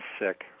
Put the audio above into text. sick